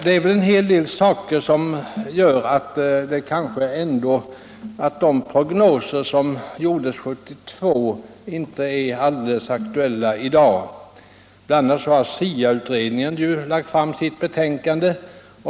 Det är en hel del omständigheter som gör att de prognoser som gjordes 1972 kanske inte är alldeles aktuella i dag. Bl. a. har SIA-utredningen lagt fram sitt betänkande.